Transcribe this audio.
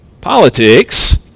Politics